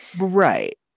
Right